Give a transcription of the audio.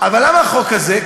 אבל למה החוק הזה?